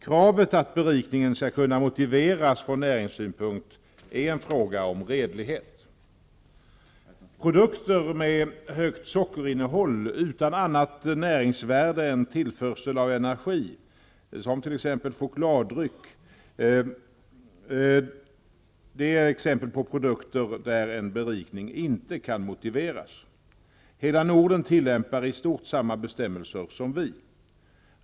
Kravet att berikningen skall kunna motiveras från näringssynpunkt är en fråga om redlighet. chokladdryck, är exempel på produkter där en berikning inte kan motiveras. Hela Norden tillämpar i stort samma bestämmelser som vi.